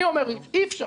אני אומר, אי אפשר.